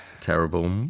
Terrible